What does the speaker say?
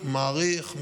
מעריך,